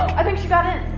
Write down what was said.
i think she got in.